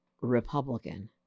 Republican